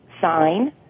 sign